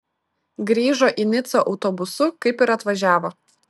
grįžo į nicą autobusu kaip ir atvažiavo